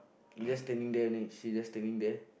she just standing there only she just standing there